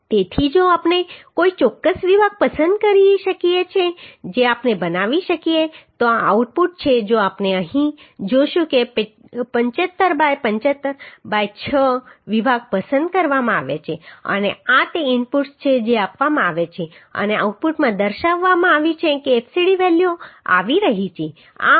તેથી જો આપણે કોઈ ચોક્કસ વિભાગ પસંદ કરી શકીએ જે આપણે બનાવી શકીએ તો આ આઉટપુટ છે જો આપણે અહીં જોશું કે 75 બાય 75 બાય 6 વિભાગ પસંદ કરવામાં આવ્યો છે અને આ તે ઇનપુટ્સ છે જે આપવામાં આવ્યા છે અને આઉટપુટમાં દર્શાવવામાં આવ્યું છે કે fcd વેલ્યુ આવી રહી છે